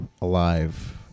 alive